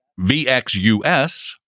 VXUS